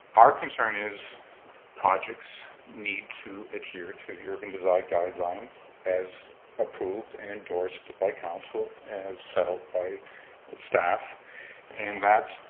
our concern is projects need to adhere to the urban design guidelines as approved and endorsed by council as settled by the staff and that